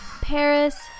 Paris